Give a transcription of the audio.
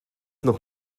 noch